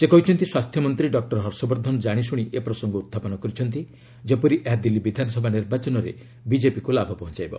ସେ କହିଛନ୍ତି ସ୍ୱାସ୍ଥ୍ୟ ମନ୍ତ୍ରୀ ଡକ୍ଟର ହର୍ଷବର୍ଦ୍ଧନ ଜାଣିଶୁଣି ଏ ପ୍ରସଙ୍ଗ ଉହ୍ଚାପନ କରିଛନ୍ତି ଯେପରି ଏହା ଦିଲ୍ଲୀ ବିଧାନସଭା ନିର୍ବାଚନରେ ବିଜେପିକୁ ଲାଭ ପହଞ୍ଚାଇବ